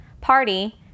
party